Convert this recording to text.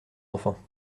enfants